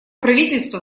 правительство